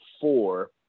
four